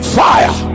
fire